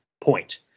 point